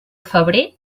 febrer